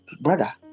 brother